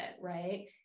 right